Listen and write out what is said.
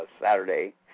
Saturday